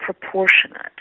proportionate